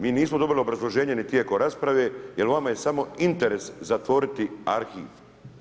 Mi nismo dobili obrazloženje ni tijekom rasprava jer vama je samo interes zatvoriti arhiv.